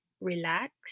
relax